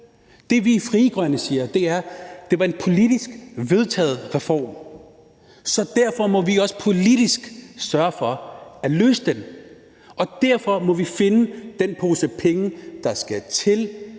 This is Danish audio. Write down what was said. Det, vi i Frie Grønne siger, er, at det var en politisk vedtaget reform, så derfor må vi også politisk sørge for at løse det. Og derfor må vi finde den pose penge, der skal til,